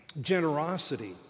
generosity